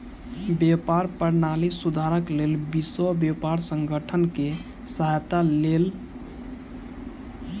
व्यापार प्रणाली सुधारक लेल विश्व व्यापार संगठन के सहायता लेल गेल